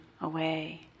away